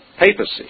papacy